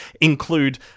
include